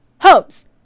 homes